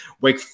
Wake